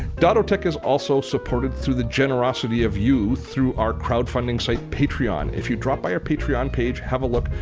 dottotech is also supported through the generosity of you through our crowdfunding site, patreon. if you to drop by our patreon page, have a look,